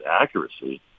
accuracy